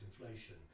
inflation